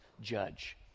judge